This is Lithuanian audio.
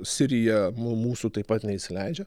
sirija mū mūsų taip pat neįsileidžia